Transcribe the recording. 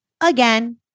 again